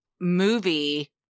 movie